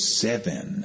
seven